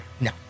No